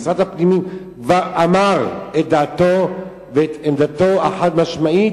משרד הפנים כבר אמר את דעתו ואת עמדתו החד-משמעית,